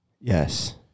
Yes